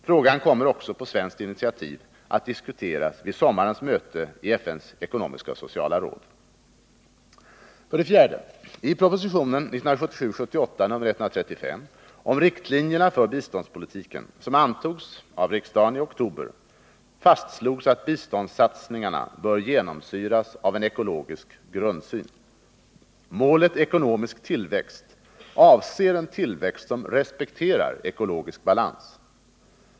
Frågan kommer också på svenskt initiativ att diskuteras vid sommarens möte i FN:s ekonomiska och sociala råd. 4. I propositionen 1977/78:135 om riktlinjerna för biståndspolitiken som antogs av riksdagen i oktober fastslogs att biståndssatsningarna bör genomsyras av en ekologisk grundsyn. Målet ekonomisk tillväxt avser en tillväxt som respekterar ekologisk balans.